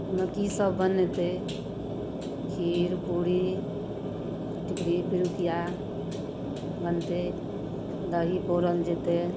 एहिमे किसब बनतै खीर पूड़ी टिकरी पिरुकिआ बनतै दही पौरल जेतै